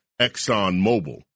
ExxonMobil